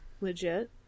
legit